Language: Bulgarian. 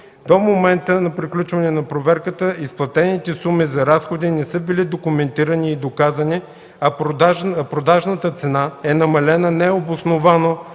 До момента на приключване на проверката изплатените суми за разходи не са били документирани и доказани, а продажната цена е намалена необосновано